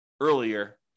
earlier